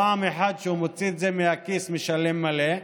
פעם אחת כשהוא מוציא את זה מהכיס ומשלם מלא,